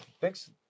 thanks